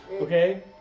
Okay